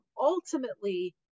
ultimately